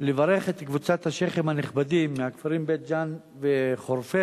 לברך את קבוצת השיח'ים הנכבדים מהכפרים בית-ג'ן וחורפיש,